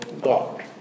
God